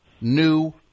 new